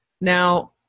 Now